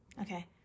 Okay